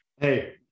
hey